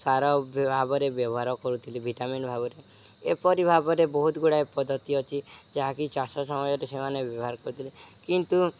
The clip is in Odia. ସାର ଭାବରେ ବ୍ୟବହାର କରୁଥିଲେ ଭିଟାମିିନ ଭାବରେ ଏପରି ଭାବରେ ବହୁତ ଗୁଡ଼ାଏ ପଦ୍ଧତି ଅଛି ଯାହାକି ଚାଷ ସମୟରେ ସେମାନେ ବ୍ୟବହାର କରୁଥିଲେ କିନ୍ତୁ